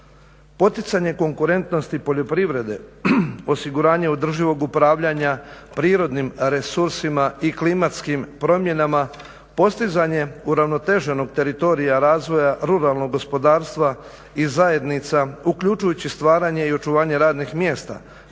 Poticanje konkurentnosti poljoprivrede, osiguranje održivog upravljanja prirodnim resursima i klimatskim promjenama, postizanje uravnoteženog teritorija razvoja ruralnog gospodarstva i zajednica uključujući stvaranje i očuvanje radnih mjesta